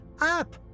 up